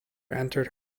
entered